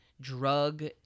drug